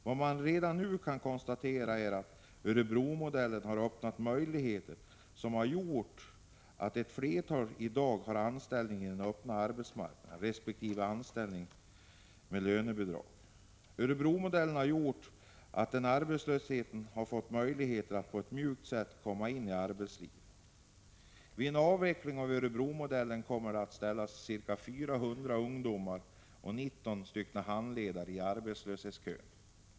Man kan emellertid redan nu konstatera att Örebromodellen har öppnat nya möjligheter och inneburit att ett flertal ungdomar fått anställning på den öppna arbetsmarknaden eller anställning med lönebidrag. Genom Örebroprojektet har många arbetslösa ungdomar fått möjlighet att på ett mjukt sätt komma in i arbetslivet. En avveckling av projektet innebär att ca 400 ungdomar och 19 handledare kommer att bli tvungna att ställa sig i arbetslöshetskön.